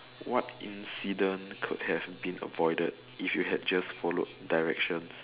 what incident could have been avoided if you had just followed directions